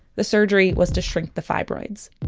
the surgery was to shrink the fibroids.